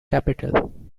capital